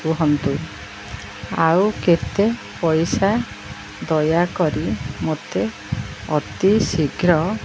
କୁହନ୍ତୁ ଆଉ କେତେ ପଇସା ଦୟାକରି ମୋତେ ଅତି ଶୀଘ୍ର